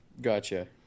gotcha